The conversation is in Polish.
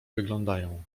wyglądają